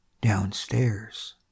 downstairs